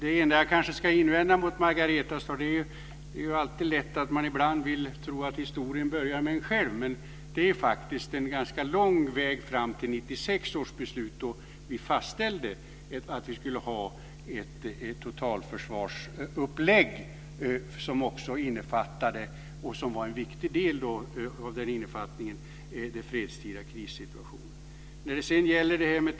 Det enda jag kanske ska invända mot Margareta är att man ibland vill tro att historien börjar med en själv, men det är faktiskt en ganska lång väg fram till 1996 års beslut, då vi fastställde att vi skulle ha ett totalförsvarsupplägg där den fredstida krissituationen också var en viktig del.